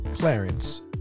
Clarence